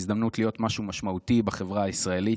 ההזדמנות להיות משהו משמעותי בחברה הישראלית.